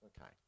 Okay